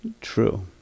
true